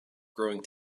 growing